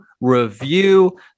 Review